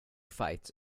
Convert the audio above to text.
fights